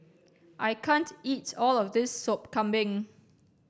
I can't eat all of this sop kambing